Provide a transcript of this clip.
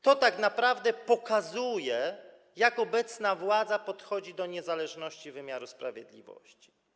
To tak naprawdę pokazuje, jak obecna władza podchodzi do niezależności wymiaru sprawiedliwości.